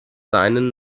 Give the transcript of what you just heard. seinen